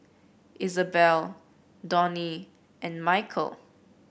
Isabel Donny and Mikeal